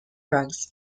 drugs